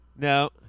No